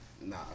Nah